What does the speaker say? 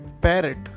parrot